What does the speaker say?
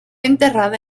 enterrada